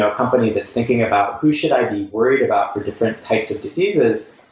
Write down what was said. ah company that's thinking about who should i be worried about for different types of diseases,